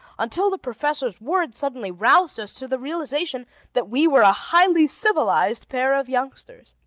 until the professor's words suddenly roused us to the realization that we were a highly civilized pair of youngsters.